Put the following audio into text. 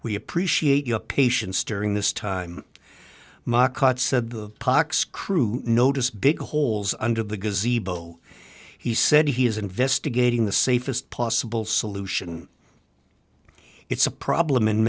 we appreciate your patience during this time ma cut said the pox crew noticed big holes under the gazebo he said he is investigating the safest possible solution it's a problem in